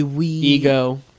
ego